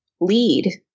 lead